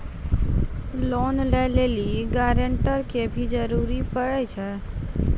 Loan लै लेली guarantor के भी जरूरी पड़ै छै?